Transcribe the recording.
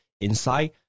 inside